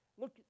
look